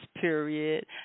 period